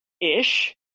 ish